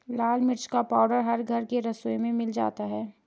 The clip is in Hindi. लाल मिर्च का पाउडर हर घर के रसोई में मिल जाता है